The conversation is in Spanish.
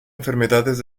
enfermedades